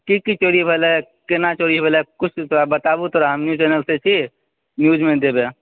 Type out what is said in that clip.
की की चोरी भेलै केना चोरी भेलै किछु थोड़ा बताबु हम न्यूज चैनल से छी न्यूज मे देबै